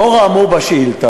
לאור האמור בשאילתה,